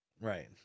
Right